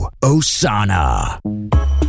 Osana